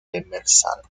demersal